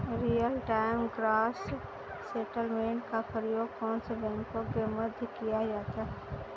Real time gross settlement का प्रयोग कौन से बैंकों के मध्य किया जाता है?